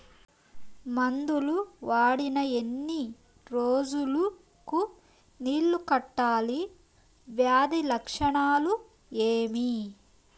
మందులు వాడిన ఎన్ని రోజులు కు నీళ్ళు కట్టాలి, వ్యాధి లక్షణాలు ఏమి?